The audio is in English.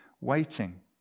waiting